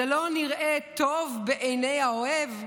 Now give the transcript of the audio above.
/ זה לא נראה טוב בעיניי האויב?